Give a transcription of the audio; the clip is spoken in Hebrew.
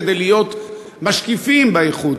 כדי להיות משקיפים באיחוד,